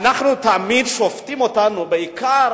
תמיד שופטים אותנו בעיקר